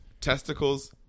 testicles